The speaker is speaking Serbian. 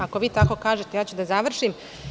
Ako vi tako kažete, ja ću da završim.